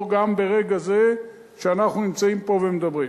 גם ברגע זה שאנחנו נמצאים פה ומדברים,